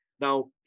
Now